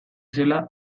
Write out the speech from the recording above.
zela